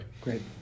Great